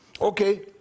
Okay